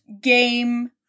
game